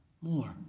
more